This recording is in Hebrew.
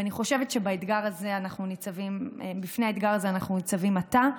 אני חושבת שבפני האתגר הזה אנחנו ניצבים עתה.